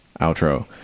outro